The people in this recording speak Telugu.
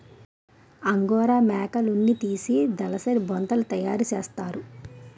అంగోరా మేకలున్నితీసి దలసరి బొంతలు తయారసేస్తారు